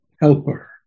helper